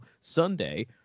Sunday